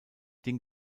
den